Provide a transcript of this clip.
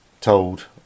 told